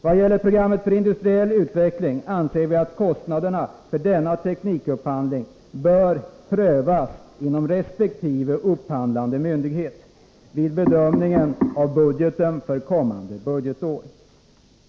Vad gäller programmet för industriell utveckling anser vi att kostnaderna för denna teknikupphandling bör prövas inom resp. upphandlande myndighet vid bedömningen av budgeten för kommande budgetår.